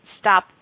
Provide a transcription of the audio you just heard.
stop